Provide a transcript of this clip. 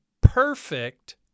perfect